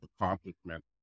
accomplishment